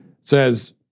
says